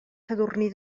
sadurní